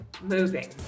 moving